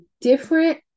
different